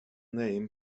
name